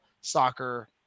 soccer